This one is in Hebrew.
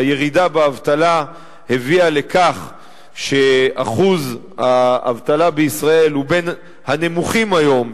הירידה באבטלה הביאה לכך שאחוז האבטלה בישראל הוא בין הנמוכים היום.